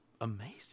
amazing